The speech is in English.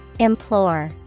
Implore